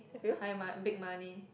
hide my big money